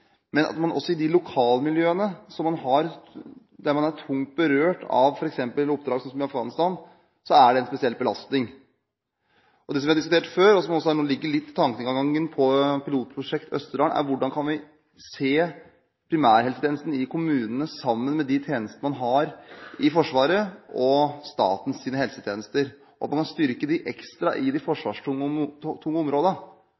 Men i de lokalmiljøene der man er tungt berørt, f.eks. av oppdrag som i Afghanistan, er det en spesiell belastning. Det vi har diskutert før, og som kan ligge litt i tankegangen når det gjelder Pilotprosjekt Østerdalen, er hvordan vi kan se primærhelsetjenesten i kommunene sammen med de tjenestene man har i Forsvaret og statens helsetjenester, at man kan styrke den ekstra i de